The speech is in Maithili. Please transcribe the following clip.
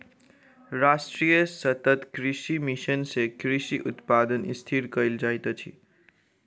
राष्ट्रीय सतत कृषि मिशन सँ कृषि उत्पादन स्थिर कयल जाइत अछि